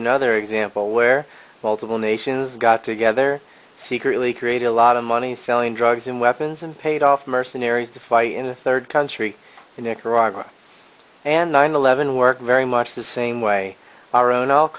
another example where multiple nations got together secretly created a lot of money selling drugs and weapons and paid off mercenaries to fight in a third country in a corolla and nine eleven work very much the same way our own al